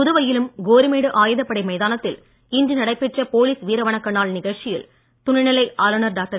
புதுவையிலும் கோரிமேடு ஆயுதப்படை மைதானத்தில் இன்று நடைபெற்ற போலீஸ் வீரவணக்க நாள் நிகழ்ச்சியில் துணைநிலை ஆளுநர் டாக்டர்